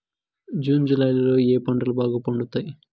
June July లో ఏ పంటలు బాగా పండుతాయా?